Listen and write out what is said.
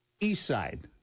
Eastside